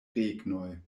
regnoj